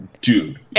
dude